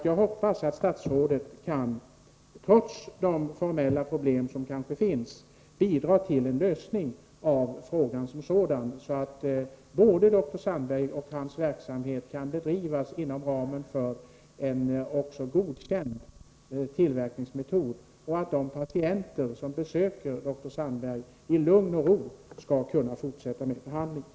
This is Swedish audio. Jag hoppas att statsrådet, trots de formella problem som kanske finns, kan bidra till en lösning av frågan, så att dr Sandbergs verksamhet kan bedrivas inom ramen för en godkänd tillverkningsmetod och att de patienter som besöker dr Sandberg i lugn och ro skall kunna fortsätta med behandlingen.